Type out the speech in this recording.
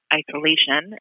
isolation